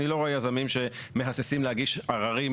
אני לא רואה יזמים שמהססים להגיש עררים